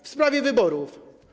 W sprawie wyborów.